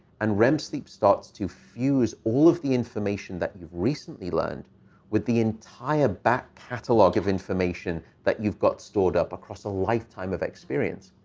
and rem sleep starts to fuse all of the information that you've recently learned with the entire back catalog of information that you've got stored up across a lifetime of experience.